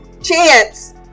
chance